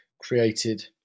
created